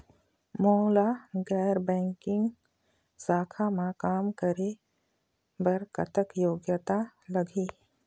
मोला गैर बैंकिंग शाखा मा काम करे बर कतक योग्यता लगही?